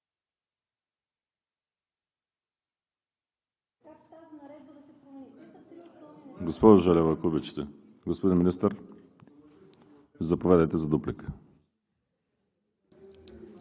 Господин Министър, заповядайте за дуплика.